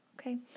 okay